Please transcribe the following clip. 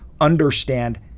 understand